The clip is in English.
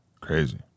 Crazy